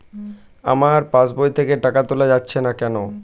আমার পাসবই থেকে টাকা তোলা যাচ্ছে না কেনো?